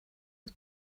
was